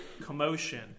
commotion